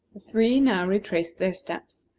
the three now retraced their steps,